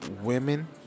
women